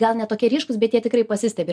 gal ne tokie ryškūs bet jie tikrai pasistebi